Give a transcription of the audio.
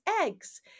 eggs